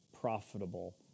profitable